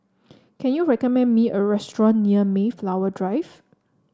can you recommend me a restaurant near Mayflower Drive